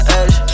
edge